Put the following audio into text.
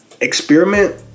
experiment